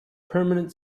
permanent